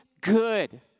good